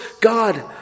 God